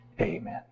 Amen